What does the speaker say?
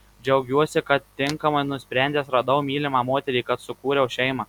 džiaugiuosi kad tinkamai nusprendęs radau mylimą moterį kad sukūriau šeimą